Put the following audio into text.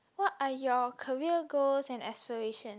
what are your career goals and aspiration